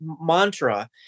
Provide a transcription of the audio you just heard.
mantra